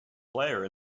player